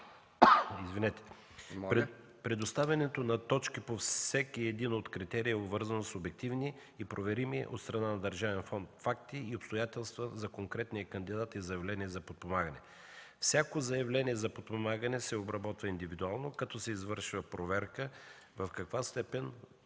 Предоставянето на точки по всеки един от критериите е обвързан с обективни и проверими от страна на Държавен фонд „Земеделие” факти и обстоятелства за конкретния кандидат и заявление за подпомагане. Всяко заявление за подпомагане се обработва индивидуално, като се извършва проверка в каква степен